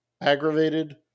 aggravated